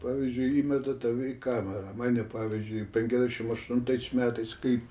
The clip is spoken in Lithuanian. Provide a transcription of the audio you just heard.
pavyzdžiui įmeta tave į kamerą mane pavyzdžiui penkiasdešim aštuntais metais kaip